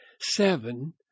seven